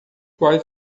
quais